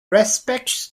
respects